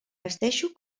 vesteixo